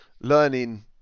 learning